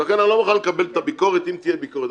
ולכן אני לא מוכן לקבל את הביקורת אם תהיה ביקורת.